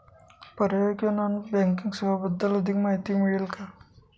पर्यायी किंवा non banking सेवांबद्दल अधिक माहिती मिळेल का?